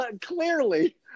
clearly